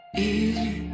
Easy